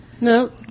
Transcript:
No